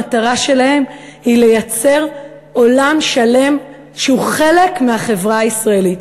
המטרה שלהן היא לייצר עולם שלם שהוא חלק מהחברה הישראלית.